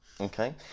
Okay